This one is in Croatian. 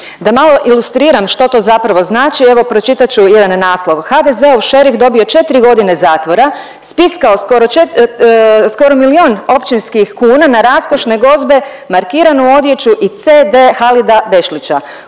Da malo ilustriram što to zapravo znači, evo pročitat ću jedan naslov, HDZ-ov šerif dobio 4 godine zatvora, spiskao skoro čet… skoro milion općinskih kuna na raskošne gozbe, markiranu odjelu i CD Halida Bešlića,